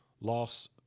loss